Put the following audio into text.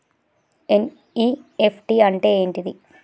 NEFT అంటే ఏంటిది?